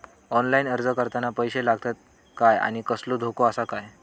Online अर्ज करताना पैशे लागतत काय आनी कसलो धोको आसा काय?